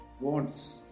wants